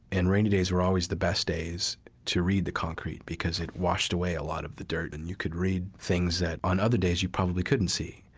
and rainy days are always the best days to read the concrete because it washed away a lot of the dirt. and you could read things that on other days you probably couldn't see.